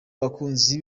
abakunzi